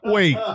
Wait